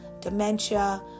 dementia